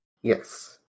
Yes